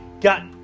got